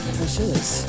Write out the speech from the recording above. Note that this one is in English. Precious